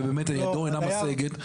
ובאמת ידו אינה משגת,